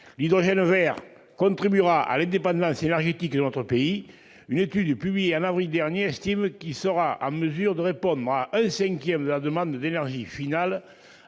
l'hydrogène vert contribuera à l'indépendance énergétique de notre pays. Une étude publiée en avril dernier estime qu'il sera en mesure de répondre à un cinquième de la demande d'énergie finale